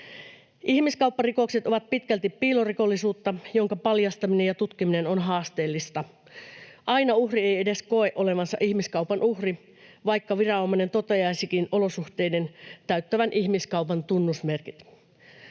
Ihmiskaupparikokset ovat pitkälti piilorikollisuutta, jonka paljastaminen ja tutkiminen on haasteellista. Aina uhri ei edes koe olevansa ihmiskaupan uhri, vaikka viranomainen toteaisikin olosuhteiden täyttävän ihmiskaupan tunnusmerkit.